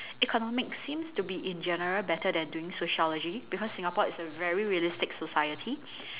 economics seems to be in general better than doing sociology because Singapore is a very realistic society